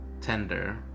tender